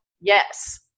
Yes